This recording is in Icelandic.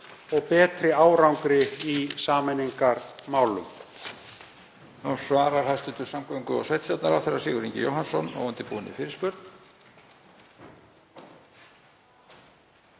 og betri árangri í sameiningarmálum?